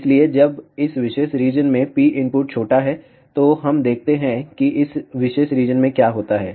इसलिए जब इस विशेष रीजन में P इनपुट छोटा है तो हम देखते हैं कि इस विशेष रीजन में क्या होता है